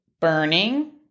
burning